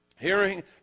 Hearing